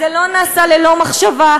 זה לא נעשה ללא מחשבה,